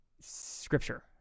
scripture